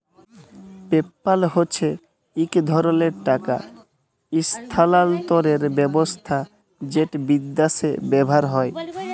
PayPal হছে ইক ধরলের টাকা ইসথালালতরের ব্যাবস্থা যেট বিদ্যাশে ব্যাভার হয়